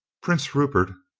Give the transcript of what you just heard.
prince rupert,